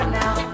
now